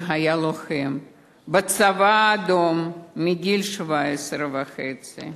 שהיה לוחם בצבא האדום מגיל 17 וחצי.